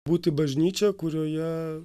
būti bažnyčią kurioje